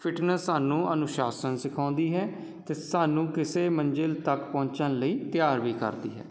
fitness ਸਾਨੂੰ ਅਨੁਸ਼ਾਸ਼ਨ ਸਿਖਾਉਂਦੀ ਹੈ ਅਤੇ ਸਾਨੂੰ ਕਿਸੇ ਮੰਜ਼ਿਲ ਤੱਕ ਪਹੁੰਚਣ ਲਈ ਤਿਆਰ ਵੀ ਕਰਦੀ ਹੈ